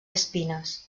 espines